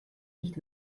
nicht